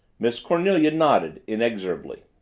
miss cornelia nodded inexorably.